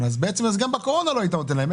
אז בעצם גם בקורונה לא היית נותן להם,